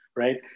Right